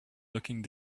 looking